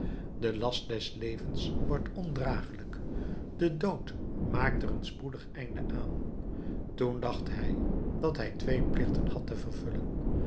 de last des levens wordt ondragelijk de dood maakt er een spoedig einde aan toen dacht hij dat hij twee plichten had te vervullen